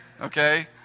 okay